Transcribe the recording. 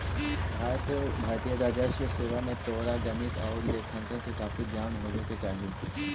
भारतीय राजस्व सेवा में तोरा गणित आउ लेखांकन के काफी ज्ञान होवे के चाहि